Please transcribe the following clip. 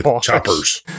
choppers